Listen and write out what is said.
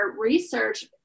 research